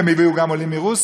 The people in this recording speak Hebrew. והם הביאו גם הרבה עולים מרוסיה,